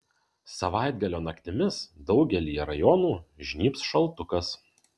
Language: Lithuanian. savaitgalio naktimis daugelyje rajonų žnybs šaltukas